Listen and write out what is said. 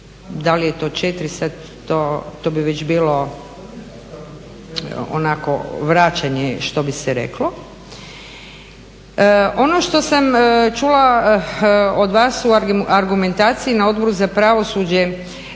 da li je to četiri, to bi već bilo onako vraćanje što bi se reklo. Ono što sam čula od vas u argumentaciji na Odboru za pravosuđe